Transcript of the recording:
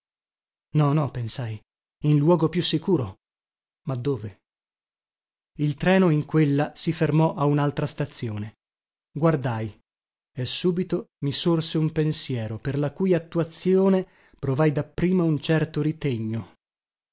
no no pensai in luogo più sicuro ma dove il treno in quella si fermò a unaltra stazione guardai e subito mi sorse un pensiero per la cui attuazione provai dapprima un certo ritegno